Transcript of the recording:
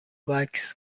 وکس